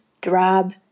drab